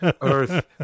earth